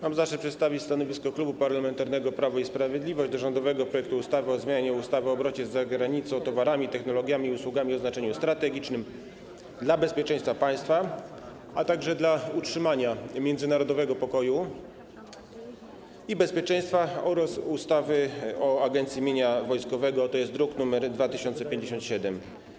Mam zaszczyt przedstawić stanowisko Klubu Parlamentarnego Prawo i Sprawiedliwość co do rządowego projektu ustawy o zmianie ustawy o obrocie z zagranicą towarami, technologiami i usługami o znaczeniu strategicznym dla bezpieczeństwa państwa, a także dla utrzymania międzynarodowego pokoju i bezpieczeństwa oraz ustawy o Agencji Mienia Wojskowego, druk nr 2057.